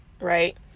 right